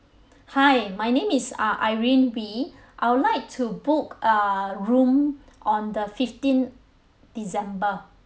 hi my name is uh irene wee I would like to book a room on the fifteen december